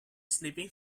sleeping